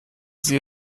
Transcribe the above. sie